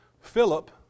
Philip